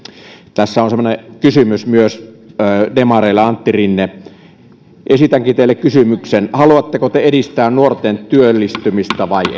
tässä on kysymys myös demareille antti rinne esitänkin teille kysymyksen haluatteko te edistää nuorten työllistymistä vai